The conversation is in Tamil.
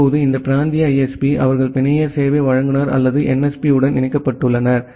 இப்போது இந்த பிராந்திய ISP அவர்கள் பிணைய சேவை வழங்குநர் அல்லது NSP உடன் இணைக்கப்பட்டுள்ளனர்